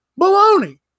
Baloney